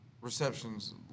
receptions